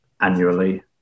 annually